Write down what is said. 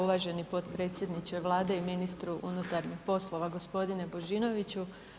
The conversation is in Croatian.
Uvaženi potpredsjedniče Vlade i ministre unutarnjih poslova gospodine Božinoviću.